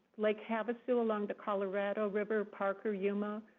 lake havasu along the colorado river, parker, yuma,